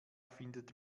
findet